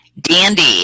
Dandy